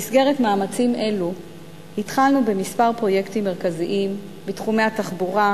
במסגרת מאמצים אלה התחלנו בכמה פרויקטים מרכזיים בתחומי התחבורה,